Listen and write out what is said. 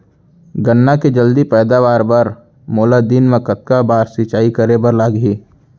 गन्ना के जलदी पैदावार बर, मोला दिन मा कतका बार सिंचाई करे बर लागही?